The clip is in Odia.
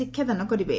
ଶିକ୍ଷାଦାନ କରିବେ